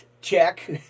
check